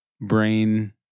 brain